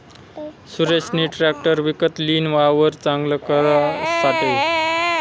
सुरेशनी ट्रेकटर विकत लीन, वावर चांगल करासाठे